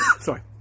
Sorry